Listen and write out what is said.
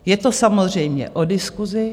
Je to samozřejmě o diskusi.